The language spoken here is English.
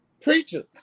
preachers